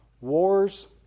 wars